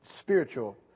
spiritual